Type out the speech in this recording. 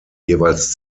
jeweils